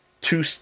Two